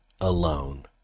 alone